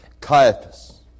Caiaphas